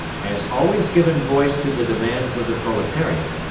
has always given voice to the demands of the proletariat,